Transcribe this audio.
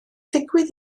ddigwydd